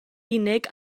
unig